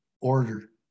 order